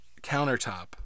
countertop